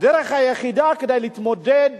הדרך היחידה להתמודד